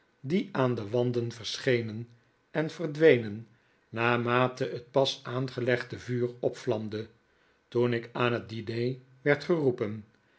die aan de wanden verschenen en verdwenen naarmate t pas aangelegde vuur opvlamde toen ik aan t diner werd geroepen